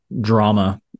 drama